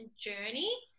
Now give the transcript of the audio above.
journey